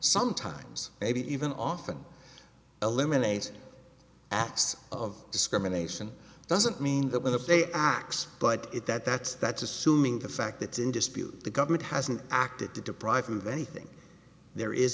sometimes maybe even often eliminate acts of discrimination doesn't mean that when the bay acts but it that that's that's assuming the fact that in dispute the government hasn't acted to deprive him of anything there is